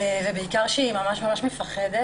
בעיקר שהיא ממש ממש מפחדת.